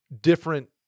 different